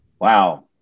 wow